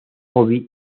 hobby